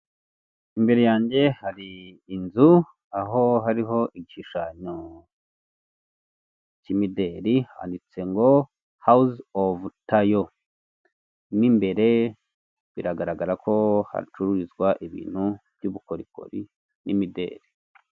Imbere yange hari inzu aho hariho igishushanyo k'imideri handitse ngo hawuse ofu tayo. Mu imbere birgaragara ko hacururizwa ibintu by'ubukorikori n'imideri.